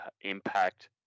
impact